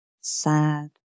sad